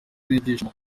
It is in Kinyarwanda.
n’ibyishimo